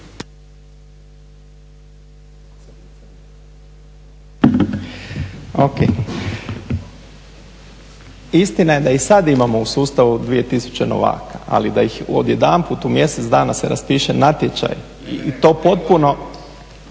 Istina je da i sada imamo u sustavu 2000 novaka, ali da odjedanput u mjesec dana se raspiše natječaj i to potpuno,